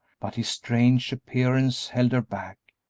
but his strange appearance held her back.